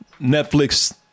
Netflix